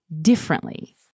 differently